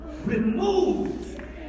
Remove